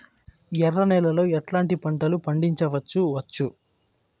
ఎర్ర నేలలో ఎట్లాంటి పంట లు పండించవచ్చు వచ్చు?